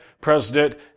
president